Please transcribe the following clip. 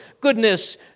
Goodness